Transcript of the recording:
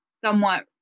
somewhat